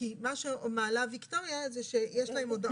מה שמעלה ויקטוריה זה שיש להם הודעות